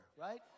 Right